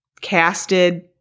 casted